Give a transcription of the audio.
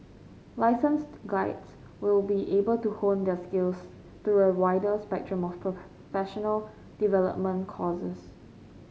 licensed guides will be able to hone their skills through a wider spectrum of professional development courses